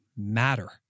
Matter